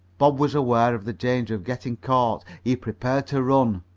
bob was aware of the danger of getting caught. he prepared to run.